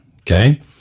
Okay